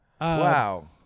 Wow